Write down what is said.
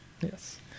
Yes